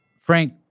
Frank